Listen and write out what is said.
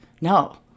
no